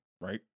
right